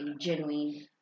genuine